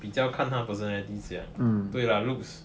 比较看到她 personality 这样对 lah looks